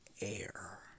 air